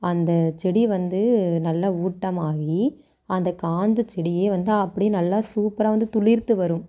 அந்த செடி வந்து நல்ல ஊட்டமாகி அந்த காஞ்ச செடியே வந்து அப்படே நல்லா சூப்பராக வந்து துளிர்த்து வரும்